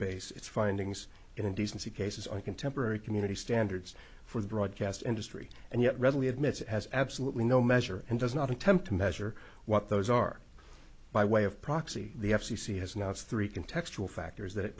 base its findings in indecency cases are contemporary community standards for the broadcast industry and yet readily admits it has absolutely no measure and does not attempt to measure what those are by way of proxy the f c c has now three can textual factors that it